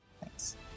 Thanks